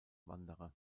wanderer